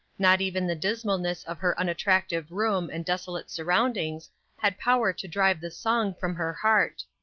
not even the dismalness of her unattractive room and desolate surroundings had power to drive the song from her heart.